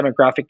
demographic